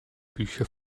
bücher